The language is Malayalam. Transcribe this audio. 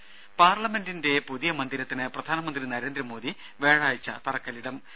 രംഭ പാർലമെന്റിന്റെ പുതിയ മന്ദിരത്തിന് പ്രധാനമന്ത്രി നരേന്ദ്രമോദി വ്യാഴാഴ്ച തറക്കല്ലിടും